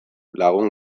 lagun